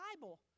Bible